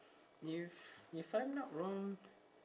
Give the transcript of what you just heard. if if I'm not wrong